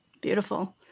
beautiful